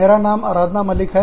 मेरा नाम आराधना मलिक है